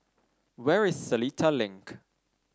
where is Seletar Link